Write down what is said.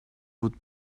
would